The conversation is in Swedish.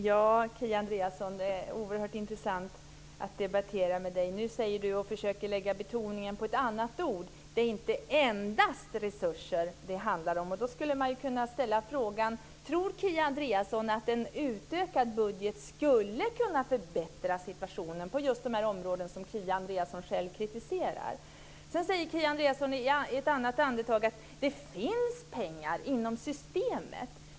Fru talman! Det är oerhört intressant att debattera med Kia Andreasson. Nu försöker hon lägga betoningen på ett annat ord och säger att det inte är endast resurser det handlar om. Då skulle jag kunna ställa frågan: Tror Kia Andreasson att en utökad budget skulle kunna förbättra situationen på just de områden som hon själv kritiserar? Sedan säger Kia Andreasson i ett annat andetag att det finns pengar inom systemet.